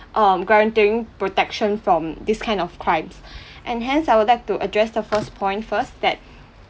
um guaranteeing protection from this kind of crimes and hence I would like to address the first point first that